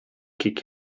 kick